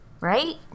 right